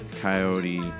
Coyote